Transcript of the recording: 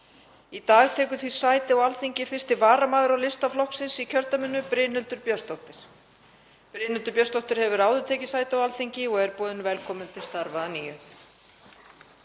Í dag tekur því sæti á Alþingi 1. varamaður á lista flokksins í kjördæminu, Brynhildur Björnsdóttir. Brynhildur Björnsdóttir hefur áður tekið sæti á Alþingi og er boðin velkomin til starfa að nýju.